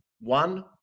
One